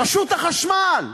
רשות החשמל,